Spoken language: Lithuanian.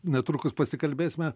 netrukus pasikalbėsime